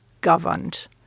governed